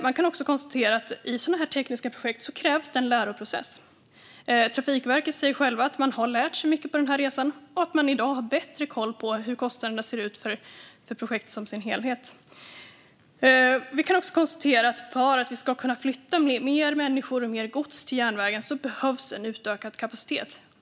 Man kan också konstatera att det krävs en läroprocess i sådana här tekniska projekt. Trafikverket säger självt att man har lärt sig mycket på den här resan och att man i dag har bättre koll på hur kostnaderna ser ut för projektet som helhet. Vi kan också konstatera att för att vi ska kunna flytta fler människor och mer gods till järnvägen behövs en utökad kapacitet.